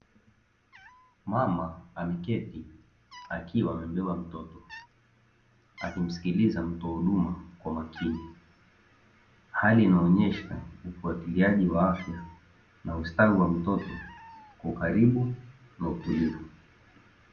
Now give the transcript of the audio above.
Mama ameketi, akiwa amebeba mtoto, akimsikiliza mhudumu kwa makini. Hali inaonyesha ufuatiliaji wa afya na ustawi wa mtoto kwa ukaribu na utulivu.